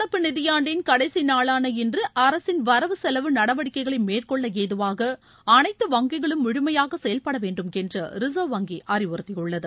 நடப்பு நிதியாண்டின் கடைசி நாளான இன்று அரசின் வரவு செலவு நடவடிக்கைகளை மேற்கொள்ள ஏதுவாக அனைத்து வங்கிகளும் முழுமையாக செயல்பட வேண்டும் என்று ரிசர்வ் வங்கி அறிவுறுத்தியுள்ளது